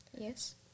Yes